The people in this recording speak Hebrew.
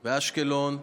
באשקלון,